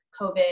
COVID